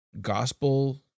gospel